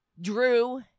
Drew